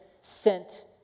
sent